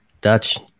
Dutch